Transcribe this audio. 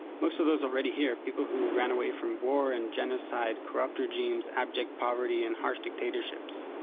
most of those already here, people who ran away from war and genocide, corrupt regimes, abject poverty and harsh dictatorships,